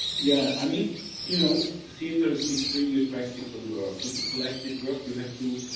yeah, i mean you know, theater is an extremely practical work. it's a collective work. you have to,